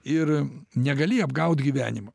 ir negali apgaut gyvenimo